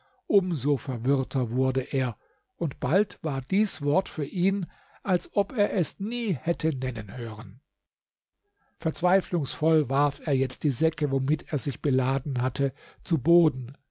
so verwirrter wurde er und bald war dies wort für ihn als ob er es nie hätte nennen hören verzweiflungsvoll warf er jetzt die säcke womit er sich beladen hatte zu boden